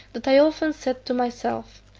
that i often said to myself,